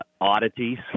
oddities